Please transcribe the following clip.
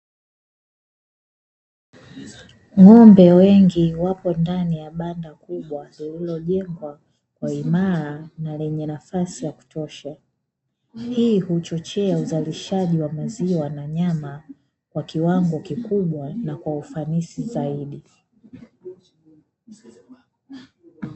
Ng'ombe wengi wapo ndani ya banda kubwa lililojengwa kwa uimara na lenye nafasi ya kutosha, hii huchochea uzalishaji wa maziwa na nyama kwa kiwango kikubwa na kwa ufanisi zaidi.